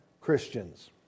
Christians